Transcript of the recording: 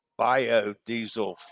biodiesel